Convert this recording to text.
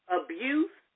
abuse